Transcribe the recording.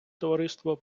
товариство